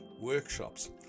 workshops